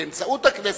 באמצעות הכנסת,